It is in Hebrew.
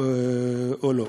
או לא.